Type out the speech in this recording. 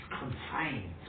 confined